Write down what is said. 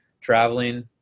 traveling